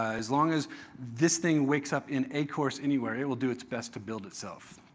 as long as this thing wakes up in a course anywhere it will do its best to build itself.